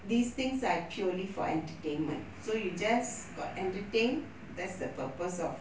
these things are purely for entertainment so you just got entertained that's the purpose of